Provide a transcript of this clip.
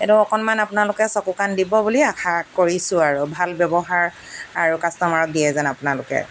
এইটো অকণমান আপোনালোকে চকু কাণ দিব বুলি আশা কৰিছোঁ আৰু ভাল ব্যৱহাৰ আৰু কাষ্টমাৰক দিয়ে যেন আপোনালোকে